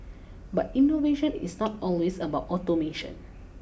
but innovation is not always about automation